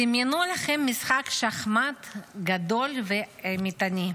דמיינו לכם משחק שחמט גדול ואימתני,